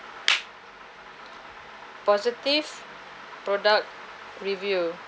positive product review